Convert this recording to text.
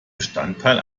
bestandteil